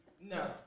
No